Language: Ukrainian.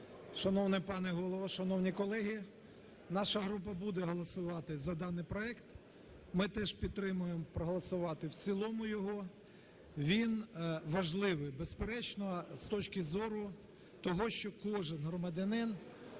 Шановний пане Голово, шановні колеги, наша група буде голосувати за даний проект. Ми теж підтримуємо проголосувати в цілому його. Він важливий, безперечно, з точки зору того, що кожен громадянин